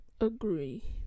Agree